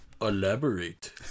Elaborate